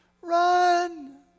Run